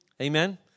Amen